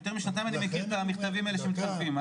יותר משנתיים אני מכיר את המכתבים האלה שמתכתבים,